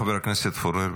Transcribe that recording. חבר הכנסת פורר,